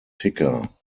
ticker